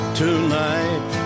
tonight